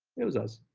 it was us.